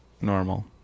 normal